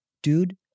Dude